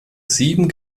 sieben